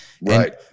right